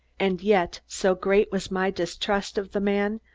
and yet, so great was my distrust of the man,